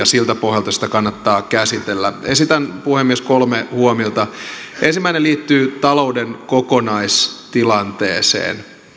siltä pohjalta sitä kannattaa käsitellä esitän puhemies kolme huomiota ensimmäinen liittyy talouden kokonaistilanteeseen